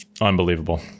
Unbelievable